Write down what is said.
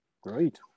Great